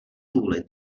vůli